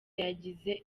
yagize